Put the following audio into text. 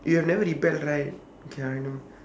you have never rebelled right okay I know